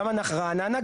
רעננה,